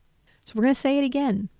we're gonna say it again,